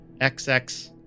xx